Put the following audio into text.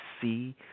see